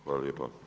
Hvala lijepa.